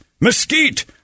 mesquite